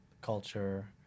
culture